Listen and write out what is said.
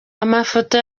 amafoto